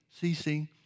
ceasing